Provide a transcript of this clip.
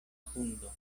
hundo